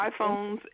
iPhones